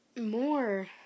more